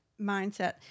mindset